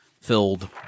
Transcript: filled